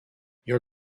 your